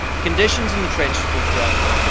conditions in the trenches were dreadful.